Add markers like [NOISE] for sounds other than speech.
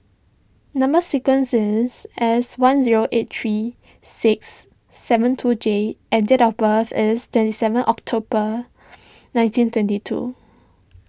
Number Sequence is S one zero eight three six seven two J and date of birth is twenty seven October [NOISE] nineteen twenty two